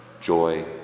joy